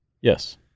Yes